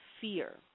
fear